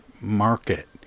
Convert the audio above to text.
market